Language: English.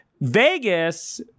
Vegas